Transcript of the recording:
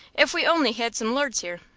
if we only had some lords here.